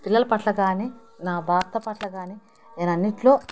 పిల్లల పట్ల కానీ నా భర్త పట్ల కానీ నేను అన్నింటిలో